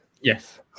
yes